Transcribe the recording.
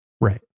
right